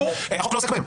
החוק לא עוסק בהם.